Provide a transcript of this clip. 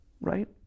Right